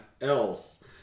else